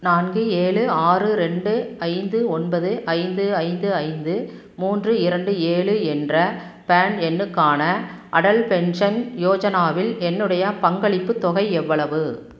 நான்கு ஏழு ஆறு ரெண்டு ஐந்து ஒன்பது ஐந்து ஐந்து ஐந்து மூன்று இரண்டு ஏழு என்ற பேன் எண்ணுக்கான அடல் பென்ஷன் யோஜனாவில் என்னுடைய பங்களிப்புத் தொகை எவ்வளவு